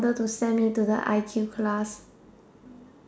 to send me to the I_Q class